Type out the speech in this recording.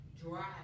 dry